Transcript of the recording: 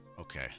okay